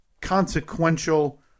consequential